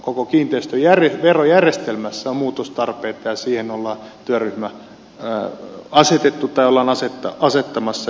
koko kiinteistöverojärjestelmässä on muutostarpeita ja siihen ollaan asettamassa työryhmä ja hyvä niin